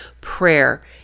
prayer